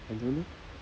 I don't know